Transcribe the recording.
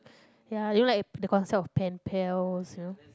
ya you know like the concept of pen pals you know